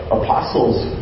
apostles